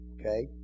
Okay